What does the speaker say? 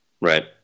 Right